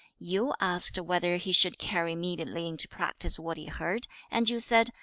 yu asked whether he should carry immediately into practice what he heard, and you said,